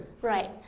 Right